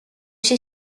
się